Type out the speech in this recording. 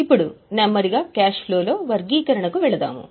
ఇప్పుడు నెమ్మదిగా క్యాష్ ఫ్లోలో వర్గీకరణకు వెళదాము